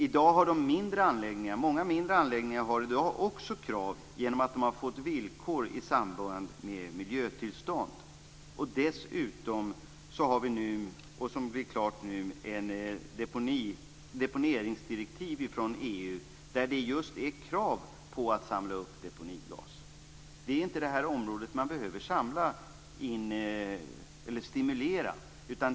Många mindre anläggningar har i dag också krav genom att de har fått villkor i samband med miljötillstånd. Dessutom har vi nu fått ett deponeringsdirektiv från EU där det just är krav på att samla upp deponigas. Det är inte det är området som man behöver stimulera.